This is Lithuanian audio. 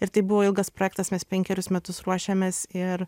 ir tai buvo ilgas projektas mes penkerius metus ruošėmės ir